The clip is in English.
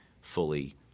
fully